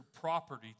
property